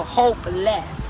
hopeless